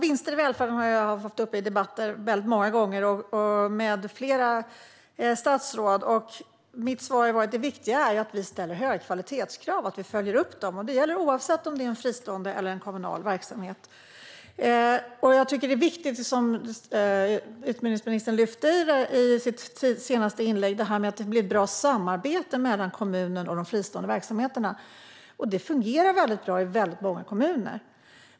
Fru talman! Jag har många gånger och med flera statsråd varit uppe i debatter om vinster i välfärden. Mitt svar har varit att det viktiga är att vi ställer höga kvalitetskrav och följer upp dem, och det gäller oavsett om det är en fristående eller en kommunal verksamhet. Det är viktigt, som utbildningsministern lyfte fram i sitt senaste inlägg, att det blir ett bra samarbete mellan kommunen och de fristående verksamheterna. Och det fungerar väldigt bra i många kommuner.